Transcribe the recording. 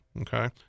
okay